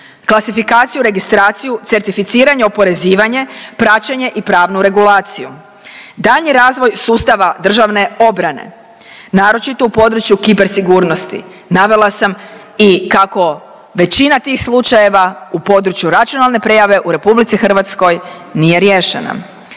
klasifikaciju, registraciju, certificiranje, oporezivanje, praćenje i pravnu regulaciju, daljnji razvoj sustava državne obrane, naročito u području kiber-sigurnosti. Navela sam i kako većina tih slučajeva u području računalne prijave u RH nije riješena.